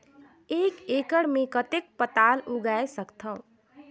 एक एकड़ मे कतेक पताल उगाय सकथव?